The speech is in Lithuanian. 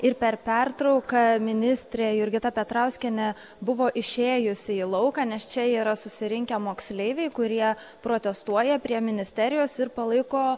ir per pertrauką ministrė jurgita petrauskienė buvo išėjusi į lauką nes čia yra susirinkę moksleiviai kurie protestuoja prie ministerijos ir palaiko